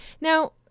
Now